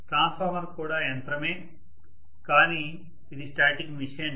transformer కూడా యంత్రమే కాని ఇది స్టాటిక్ మెషిన్